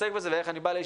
אז בהקשר הזה אולי